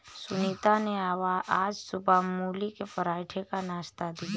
सुनीता ने आज सुबह मूली के पराठे का नाश्ता दिया